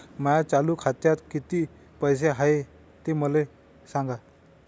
माया चालू खात्यात किती पैसे हाय ते मले सांगा